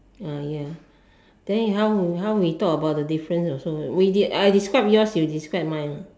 ah ya then how we how we talk about the difference also we de~ I describe yours you describe mine